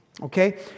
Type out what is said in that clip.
Okay